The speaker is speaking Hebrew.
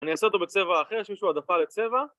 אני אעשה אותו בצבע אחר יש מישהו עדפה לצבע